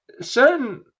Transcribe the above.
certain